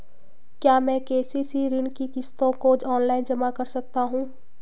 क्या मैं के.सी.सी ऋण की किश्तों को ऑनलाइन जमा कर सकता हूँ?